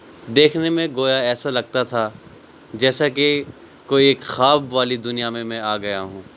دیکھنے میں گویا ایسا لگتا تھا جیسا کہ کوئی خواب والی دنیا میں میں آ گیا ہوں